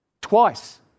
Twice